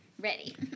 Ready